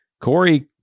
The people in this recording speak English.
Corey